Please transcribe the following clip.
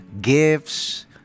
gifts